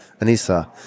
Anissa